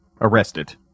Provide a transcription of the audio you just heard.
arrested